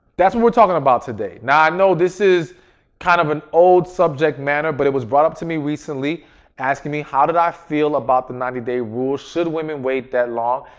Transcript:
that's what we're talking about today. now, i know this is kind of an old subject matter. but it was brought up to me recently asking me how did i feel about the ninety day rule? should women wait that long?